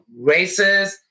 racist